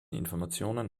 informationen